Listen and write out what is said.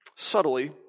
Subtly